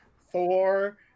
Thor